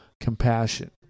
compassion